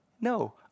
No